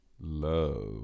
love